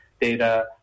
data